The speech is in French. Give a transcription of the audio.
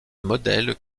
modèle